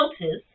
notice